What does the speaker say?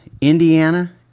Indiana